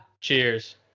cheers